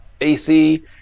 AC